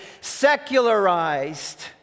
secularized